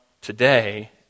today